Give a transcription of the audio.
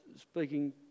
speaking